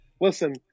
Listen